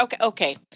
Okay